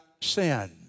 sin